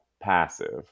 passive